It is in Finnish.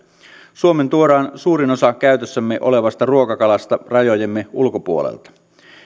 suomeen tuodaan suurin osa käytössämme olevasta ruokakalasta rajojemme ulkopuolelta